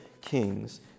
kings